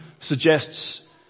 suggests